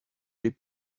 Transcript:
les